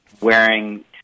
wearing